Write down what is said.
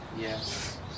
Yes